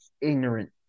ignorant